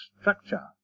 structure